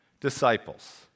disciples